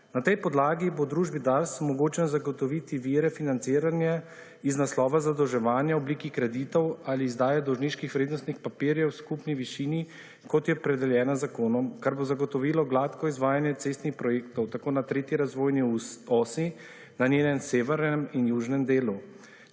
Na tej podlagi bo družbi DARS omogočen zagotoviti vire financiranje iz naslova zadolževanja v obliki kreditov ali izdaje dolžniških vrednostnih papirjev v skupni višini kot je opredeljena z zakonom, kar bo zagotovilo gladko izvajanje cestnih projektov tako na tretji razvojni osi, na njenem severnem in južnem delu